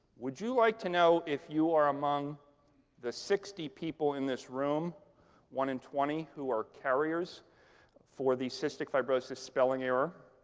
would you like to know if you are among the sixty people in this room one in twenty who are carriers for the cystic fibrosis spelling error,